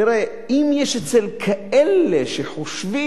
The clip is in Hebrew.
תראה, אם יש כאלה שחושבים